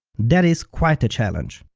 that is quite a challenge!